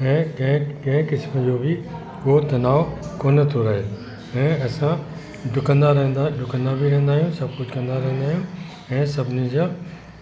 ऐं कंहिं कंहिं क़िस्म जो बि को तनाउ कोन थो रहे ऐं असां ढुकंदा रहंदा ढुकंदा बि रहंदा आहियूं सभु कुझु कंदा रहंदा आहियूं ऐं सभिनी जा